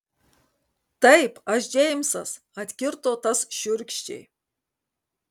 taip aš džeimsas atkirto tas šiurkščiai